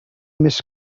més